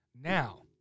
Now